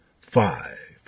Five